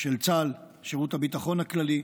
של צה"ל, שירות הביטחון הכללי,